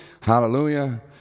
Hallelujah